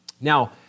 Now